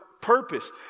purpose